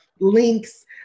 links